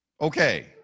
okay